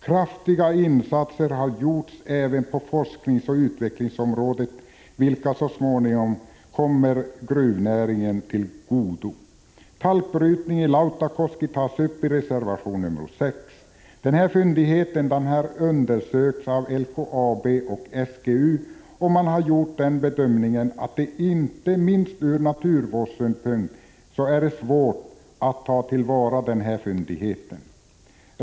Kraftiga insatser har gjorts även på forskningsoch utvecklingsområdet, vilka så småningom kommer gruvnäringen till godo. Talkbrytning i Lautakoski tas upp i reservation nr 6. Fyndigheten har undersökts av LKAB och SGU, och man har gjort den bedömningen att det inte minst ur naturvårdssynpunkt är svårt att ta till vara denna fyndighet.